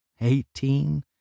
Eighteen